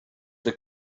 that